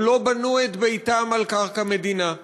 הם לא בנו את ביתם על קרקע מדינה.